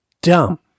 dumb